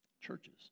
Churches